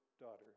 daughter